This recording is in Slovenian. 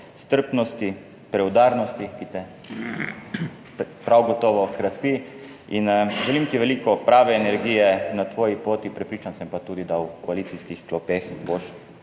strpnosti, preudarnosti, ki te prav gotovo krasi. Želim ti veliko prave energije na tvoji poti, prepričan sem pa tudi, da v koalicijskih klopeh boš